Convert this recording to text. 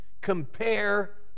compare